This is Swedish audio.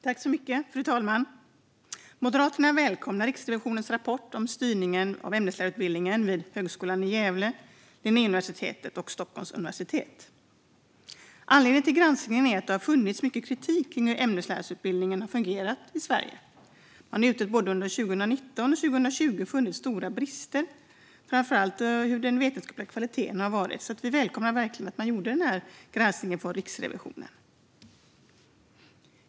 Fru talman! Moderaterna välkomnar Riksrevisionens rapport om styrningen av ämneslärarutbildningen vid Högskolan i Gävle, Linnéuniversitetet och Stockholms universitet. Anledningen till granskningen är att det har funnits mycket kritik mot hur ämneslärarutbildningen har fungerat i Sverige. Man har under både 2019 och 2020 funnit stora brister i framför allt den vetenskapliga kvaliteten, så vi välkomnar verkligen att Riksrevisionen gjorde den här granskningen.